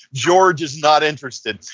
george is not interested.